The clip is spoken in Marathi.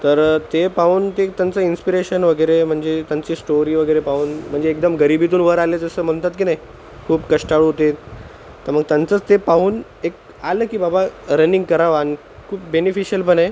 तर ते पाहून ते एक त्यांचं इन्स्पिरेशन वगैरे म्हणजे त्यांची श्टोरी वगैरे पाहून म्हणजे एकदम गरिबीतून वर आले जसं म्हणतात की नाही खूप कष्टाळू ते तर मग त्यांचंच ते पाहून एक आलं की बाबा रनिंग करावं आणि खूप बेनिफिशल पण आहे